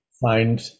find